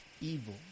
evil